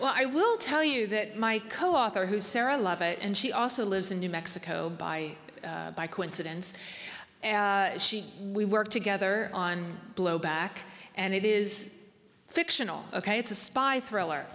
well i will tell you that my co author who's sarah love it and she also lives in new mexico by by coincidence she we work together on blowback and it is fictional ok it's a spy thriller